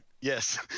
Yes